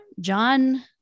John